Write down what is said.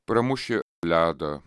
pramuši ledą